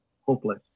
hopeless